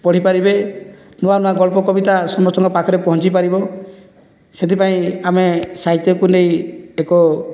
ପଢ଼ି ପାରିବେ ନୂଆ ନୂଆ ଗଳ୍ପ କବିତା ସମସ୍ତଙ୍କ ପାଖରେ ପହଞ୍ଚି ପାରିବ ସେଥି ପାଇଁ ଆମେ ସାହିତ୍ୟକୁ ନେଇ ଏକ